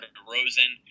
DeRozan